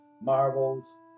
marvels